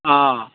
অ